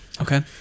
Okay